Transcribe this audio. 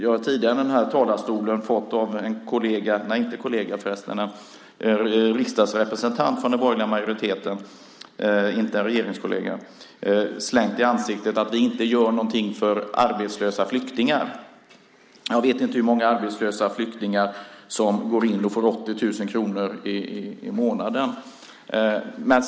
Jag har tidigare i talarstolen av en riksdagsrepresentant från den borgerliga majoriteten fått slängt i ansiktet att det inte gör någonting för arbetslösa flyktingar. Jag vet inte hur många arbetslösa flyktingar som får 80 000 kronor i månaden.